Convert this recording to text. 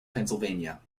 pennsylvania